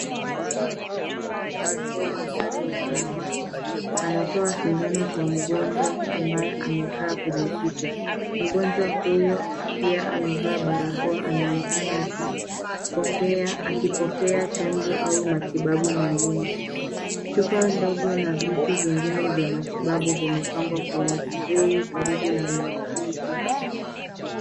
Muuguzi akiwa amevaa barakoa na sare ya samawati anatoa sindano kwa mgonjwa ambaye amekaa kwenye kiti. Mgonjwa huyo pia amevaa barakoa anaonekana akipokea chanjo au matibabu mengine. Chupa ndogo na vitu vingine vya matibabu vimepangwa kwenye trei karibu na muuguzi.